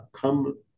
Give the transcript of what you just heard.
come